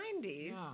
90s